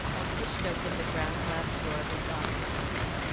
and pushed open the ground-glass door of his office for them.